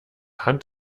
hand